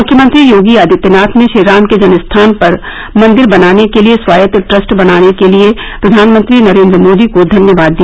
मुख्यमंत्री योगी आदित्यनाथ ने श्रीराम के जन्मस्थान पर मंदिर बनाने के लिये स्वायत्त ट्रस्ट बनाने के लिये प्रधानमंत्री नरेन्द्र मोदी को धन्यवाद दिया